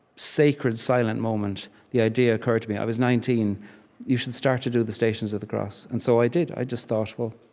sacred, silent moment, the idea occurred to me i was nineteen you should start to do the stations of the cross. and so i did i just thought, well,